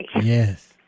Yes